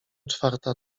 czwarta